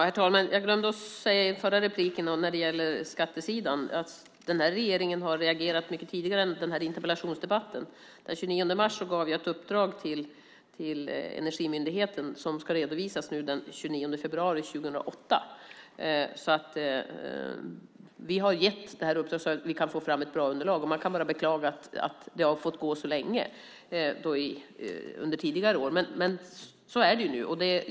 Herr talman! Jag glömde att säga i mitt förra inlägg när det gäller skattesidan att den här regeringen har reagerat mycket tidigare än den här interpellationsdebatten. Den 29 mars gav jag ett uppdrag till Energimyndigheten som ska redovisas den 29 februari 2008. Vi har gett uppdraget för att vi ska få fram ett bra underlag. Man kan bara beklaga att det har fått gå så länge under tidigare år, men så är det nu.